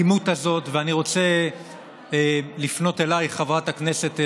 אני רוצה לפנות אלייך, חברת הכנסת זנדברג,